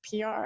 PR